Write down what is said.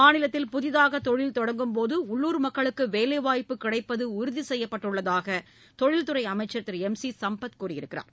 மாநிலத்தில் புதிதாகதொழில் தொடங்கும் போதஉள்ளூர் மக்களுக்குவேலைவாய்ப்பு கிடைப்பதுஉறுதிசெய்யப்பட்டுள்ளதாகதொழில்துறைஅமைச்சர் திருளம் சிசும்பத் கூறியிருக்கிறார்